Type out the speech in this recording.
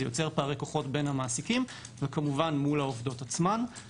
זה יוצר פערי כוחות בין המעסיקים וכמובן מול העובדות עצמן.